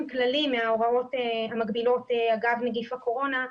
כללי מההוראות המגבילות אגב נגיף הקורונה,